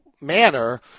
manner